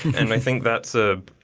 and i think that's a,